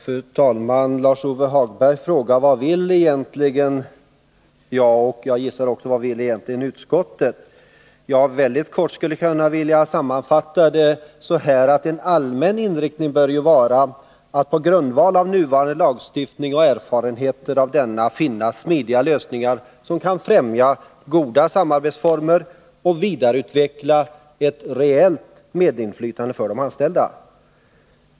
Fru talman! Lars-Ove Hagberg frågade vad jag och, gissar jag, utskottet vill. Mycket kort skulle jag kunna sammanfatta det så här. En allmän inriktning bör vara att på grundval av den nuvarande lagstiftningen och erfarenheter av denna försöka finna smidiga lösningar, som kan främja samarbete och vidareutveckla ett reellt medinflytande för de anställda.